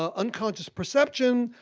ah unconscious perception,